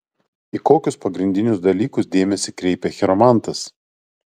į kokius pagrindinius dalykus dėmesį kreipia chiromantas